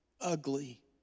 ugly